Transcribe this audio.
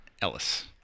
Ellis